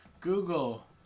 Google